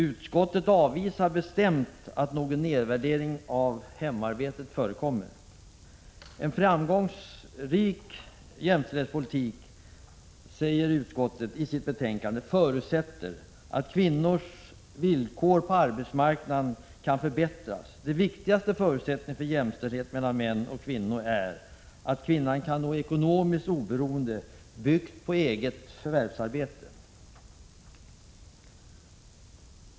Utskottet avvisar bestämt att någon nedvärdering av hemarbetet förekommer. En framgångsrik jämställdhetspolitik, säger utskottet i sitt betänkande, förutsätter att kvinnornas villkor på arbetsmarknaden kan förbättras. Den viktigaste förutsättningen för jämställdhet mellan män och kvinnor är att kvinnan kan nå ekonomiskt oberoende byggt på eget förvärvsarbete.